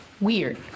weird